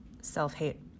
self-hate